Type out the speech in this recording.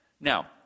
Now